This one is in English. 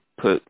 put